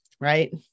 right